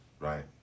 right